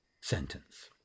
sentence